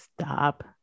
stop